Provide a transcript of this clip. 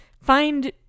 find